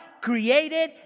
created